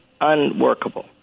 unworkable